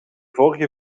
vorige